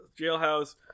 jailhouse